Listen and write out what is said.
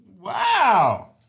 Wow